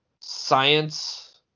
science